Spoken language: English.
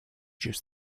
juice